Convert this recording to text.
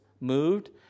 moved